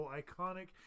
iconic